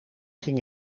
ging